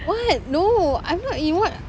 what no I'm not in what